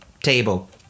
table